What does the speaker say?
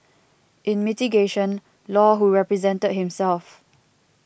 in mitigation Law who represented himself